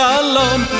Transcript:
alone